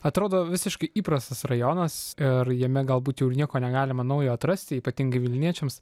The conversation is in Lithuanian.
atrodo visiškai įprastas rajonas ir jame galbūt jau ir nieko negalima naujo atrasti ypatingai vilniečiams